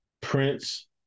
Prince